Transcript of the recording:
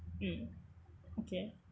mm okay